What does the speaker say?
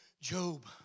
Job